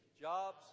jobs